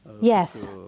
Yes